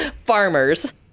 farmers